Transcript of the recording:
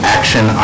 Action